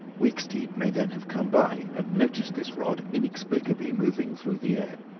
wicksteed may then have come by and noticed this rod inexplicably moving through the air.